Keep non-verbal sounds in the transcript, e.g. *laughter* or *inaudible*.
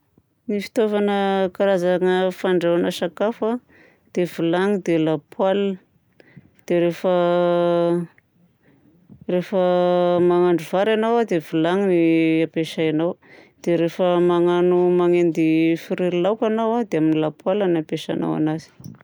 Ny fitaovana karazagna fandrahoana sakafo dia: vilany, dia lapoaly. Dia rehefa *hesitation* rehefa mahandro vary ianao dia vilany ny ampiasainao. Dia rehefa magnano manendy friry laoka ianao a dia amin'ny lapoaly no ampiasanao anazy.